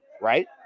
Right